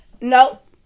Nope